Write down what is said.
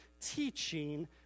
teaching